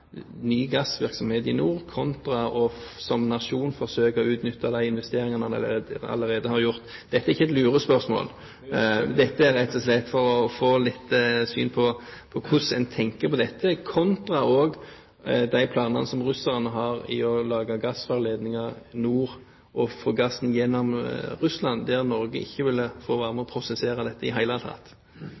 som nasjon å utnytte de investeringene en allerede har gjort? Dette er ikke et lurespørsmål, det er rett og slett for å få statsrådens syn på hva han tenker om dette kontra de planene russerne har om å legge gassrørledninger i nord og få gassen gjennom Russland, der Norge ikke vil få være med og prosessere dette i det hele tatt.